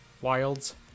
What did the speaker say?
wilds